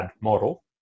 model